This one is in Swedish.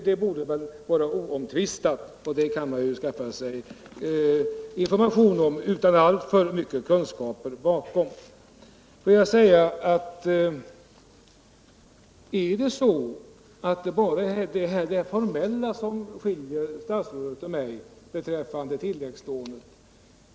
Det torde vara oomtvistat, och det kan man skaffa sig information om utan att ha alltför mycket kunskaper bakom. Är det så att det bara är det formella som skiljer statsrådet och mig beträffande tilläggslånet?